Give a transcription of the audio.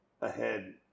ahead